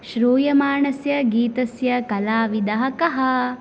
श्रूयमाणस्य गीतस्य कलाविधः कः